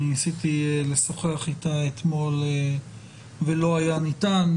ניסיתי לשוחח איתה אתמול, ולא היה ניתן.